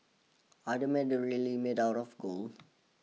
are the medals really made out of gold